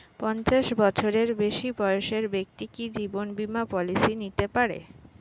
পঞ্চাশ বছরের বেশি বয়সের ব্যক্তি কি জীবন বীমা পলিসি নিতে পারে?